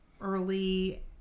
early